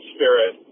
Spirit